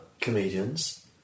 comedians